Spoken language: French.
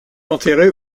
enterré